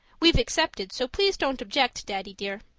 we've accepted, so please don't object, daddy dear.